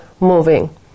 moving